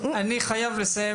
היושב-ראש,